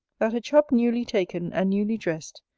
that a chub newly taken and newly dressed,